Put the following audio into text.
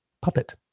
puppet